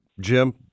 Jim